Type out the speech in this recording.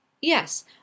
yes